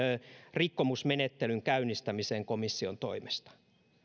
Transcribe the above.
rikkomusmenettelyn käynnistämiseen komission toimesta